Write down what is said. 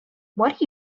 what